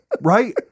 Right